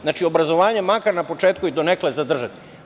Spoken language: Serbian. Znači, obrazovanje makar na početku donekle zadržati.